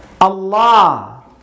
Allah